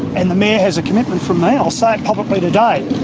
and the mayor has a commitment from me, i'll say it publicly today,